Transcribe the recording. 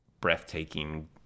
breathtaking